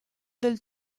del